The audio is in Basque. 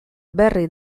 berri